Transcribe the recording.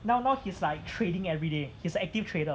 now now he's like trading everyday he's active trader